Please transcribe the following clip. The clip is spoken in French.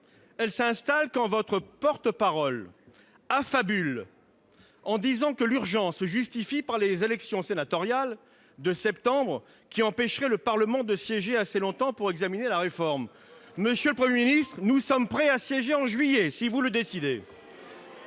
Elle s'installe quand votre porte-parole affabule, en disant que l'urgence se justifie par les élections sénatoriales de septembre, qui empêcheraient selon elle le Parlement de siéger assez longtemps pour examiner la réforme. Nous sommes prêts à siéger en juillet si vous le décidez,